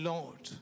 Lord